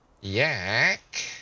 Yak